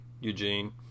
Eugene